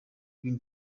green